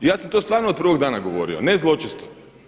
I ja sam to stvarno od prvog dana govorio ne zločesto.